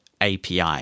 API